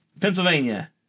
Pennsylvania